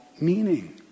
meaning